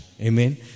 Amen